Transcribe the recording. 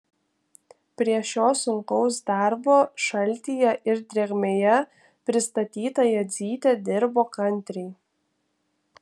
prie šio sunkaus darbo šaltyje ir drėgmėje pristatyta jadzytė dirbo kantriai